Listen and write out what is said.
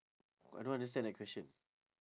I don't understand that question